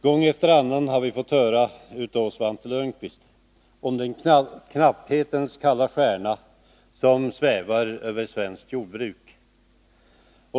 Gång efter annan har vi fått höra av Svante Lundkvist om den knapphetens kalla stjärna som svävar över svenskt jordbruk.